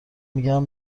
میگم